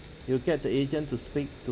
you'll get the agent to speak to